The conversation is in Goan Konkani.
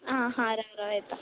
आं आं राव राव येता